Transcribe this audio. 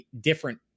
different